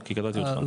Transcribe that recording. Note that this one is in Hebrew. כי קטעתי אותך.